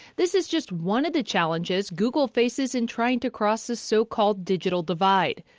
this is just one of the challenges google faces in trying to cross the so-called digital divide.